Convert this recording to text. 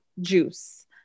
juice